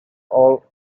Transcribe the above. all